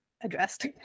addressed